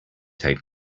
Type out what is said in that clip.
take